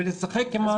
ולשחק עם ה- --?